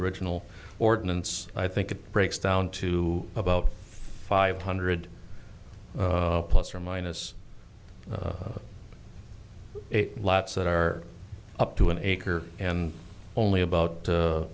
original ordinance i think it breaks down to about five hundred plus or minus lots that are up to an acre and only about